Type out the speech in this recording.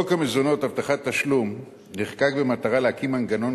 חוק המזונות (הבטחת תשלום) נחקק במטרה להקים מנגנון